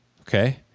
okay